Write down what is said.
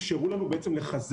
איזה הזדמנויות הקורונה מאפשרת לנו,